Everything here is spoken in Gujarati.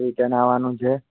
રિટર્ન આવવાનું છે